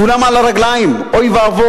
כולם על הרגליים, אוי ואבוי.